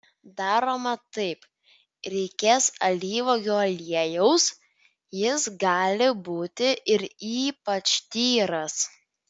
daroma taip reikės alyvuogių aliejaus jis gali būti ir ypač tyras